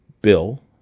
bill